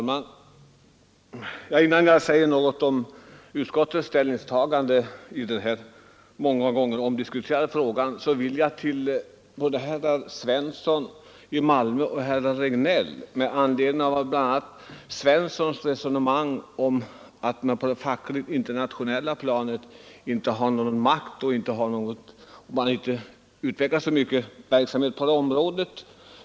Herr talman! Innan jag säger något om utskottets ställningstagande i denna många gånger diskuterade fråga skall jag ta upp herr Svenssons i Malmö resonemång om att man på det fackliga internationella planet inte har någon makt och inte utvecklar någon verksamhet att tala om.